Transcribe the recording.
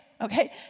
okay